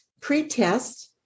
pretest